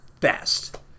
best